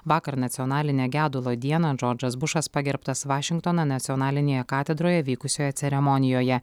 vakar nacionaline gedulo dieną džordžas bušas pagerbtas vašingtono nacionalinėje katedroje vykusioje ceremonijoje